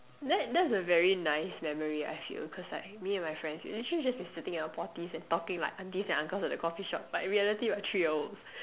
that that's a very nice memory I feel cause like me and my friends we literally just be sitting at our potties and talking like aunties and uncles at a coffee shop but in reality we are three year olds